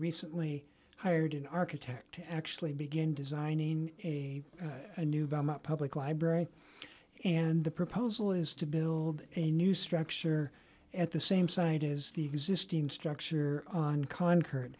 recently hired an architect actually begin designing a new public library and the proposal is to build a new structure at the same site is the existing structure on concord